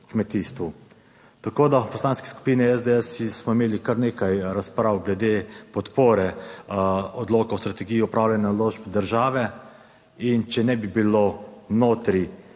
Tako da, v Poslanski skupini SDS smo imeli kar nekaj razprav glede podpore odloka o strategiji upravljanja naložb države. In če ne bi bilo notri